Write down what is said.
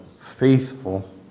faithful